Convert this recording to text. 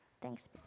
Thanks